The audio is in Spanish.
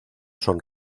son